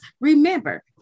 remember